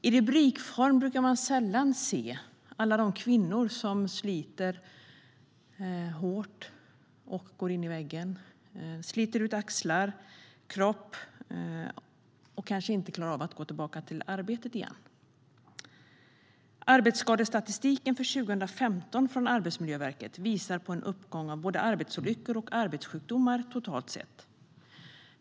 I rubrikform brukar man sällan se alla de kvinnor som sliter hårt och går in i väggen. De sliter ut sina axlar och sin kropp och klarar kanske inte av att gå tillbaka till arbetet igen. Arbetsskadestatistiken för 2015 från Arbetsmiljöverket visar på en uppgång av både arbetsolyckor och arbetssjukdomar totalt sett.